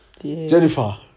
jennifer